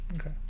Okay